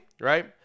right